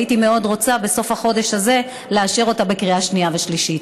הייתי רוצה מאוד בסוף החודש הזה לאשר אותה בקריאה שנייה ושלישית.